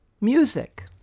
music